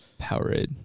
Powerade